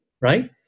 right